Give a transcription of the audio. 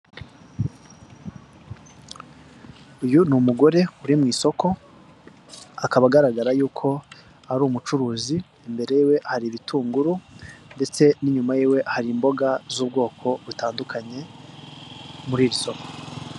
Uyu ni umugore uri mu isoko, akaba agaragara y'uko ari umucuruzi, imbere ye hari ibitunguru, ndetse n'inyuma yiwe hari imboga z'ubwoko butandukanye, muri iri soko.